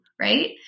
right